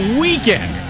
weekend